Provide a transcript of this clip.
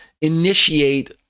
initiate